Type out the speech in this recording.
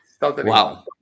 wow